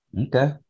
Okay